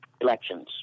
elections